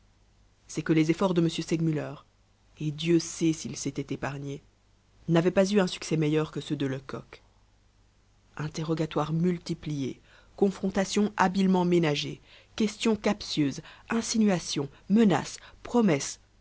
c'est que les efforts de m segmuller et dieu sait s'il s'était épargné n'avaient pas eu un succès meilleur que ceux de lecoq interrogatoires multipliés confrontations habilement ménagées questions captieuses insinuations menaces promesses